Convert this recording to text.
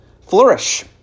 flourish